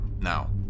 Now